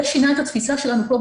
זה שינה את התפיסה שלנו פה,